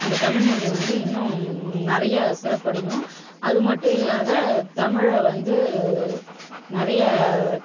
நம்ம தமிழ்மொழி வந்து இன்னும் நிறையா சிறப்படையும் அது மட்டும் இல்லாது தமிழை வந்து நிறைய